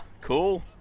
Cool